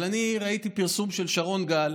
אבל אני ראיתי פרסום של שרון גל,